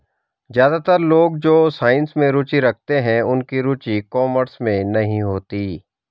ज्यादातर लोग जो साइंस में रुचि रखते हैं उनकी रुचि कॉमर्स में नहीं होती